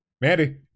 Mandy